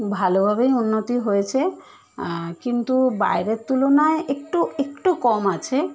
ভালোভাবেই উন্নতি হয়েছে কিন্তু বাইরের তুলনায় একটু একটু কম আছে